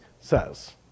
says